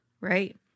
right